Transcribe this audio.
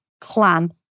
clan